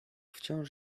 wciąż